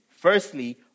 firstly